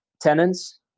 tenants